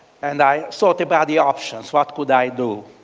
and i thought about the options. what could i do?